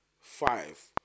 five